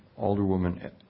Alderwoman